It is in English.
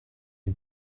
you